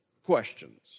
questions